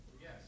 Yes